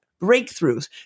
breakthroughs